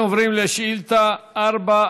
אנחנו עוברים לשאילתה מס'